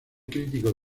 crítico